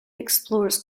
explores